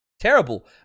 terrible